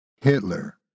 Hitler